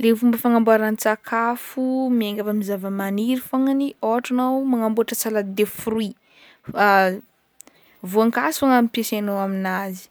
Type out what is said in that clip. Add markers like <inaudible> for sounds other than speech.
Ny fomba fagnamboaran-tsakafo miainga avy amin'ny zavamaniry fognany ôhatra anao magnamboatra salade de fruit <hesitation> voankazo fogna ampiasainao aminazy